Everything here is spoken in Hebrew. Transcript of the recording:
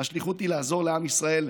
השליחות היא לעזור לעם ישראל,